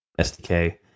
SDK